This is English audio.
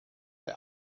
the